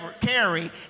carry